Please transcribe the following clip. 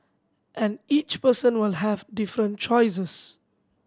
and each person will have different choices